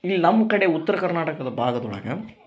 ಇಲ್ಲಿ ನಮ್ಮ ಕಡೆ ಉತ್ತರ ಕರ್ನಾಟಕದ ಭಾಗದ್ ಒಳಗ